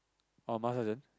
orh master sergeant